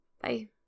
Bye